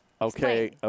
Okay